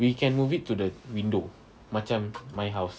we can move it to the window macam my house